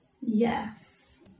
Yes